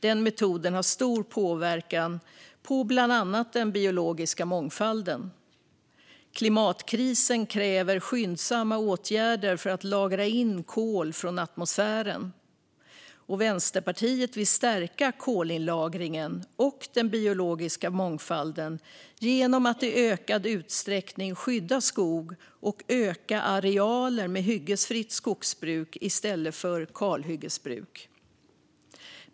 Den metoden har stor påverkan på bland annat den biologiska mångfalden. Klimatkrisen kräver skyndsamma åtgärder för att lagra in kol från atmosfären. Vänsterpartiet vill stärka kolinlagringen och den biologiska mångfalden genom att i ökad utsträckning skydda skog och öka arealer med hyggesfritt skogsbruk i stället för kalhyggesbruk.